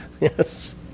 Yes